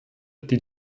die